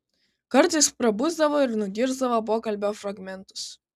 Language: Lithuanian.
kartais prabusdavo ir nugirsdavo pokalbio fragmentus